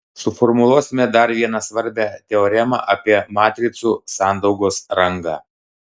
suformuluosime dar vieną svarbią teoremą apie matricų sandaugos rangą